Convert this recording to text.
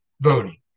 voting